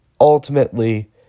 Ultimately